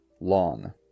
Lawn